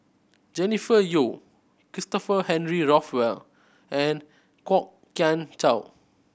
Jennifer Yeo Christopher Henry Rothwell and Kwok Kian Chow